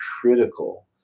critical